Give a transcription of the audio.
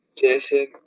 Jason